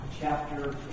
chapter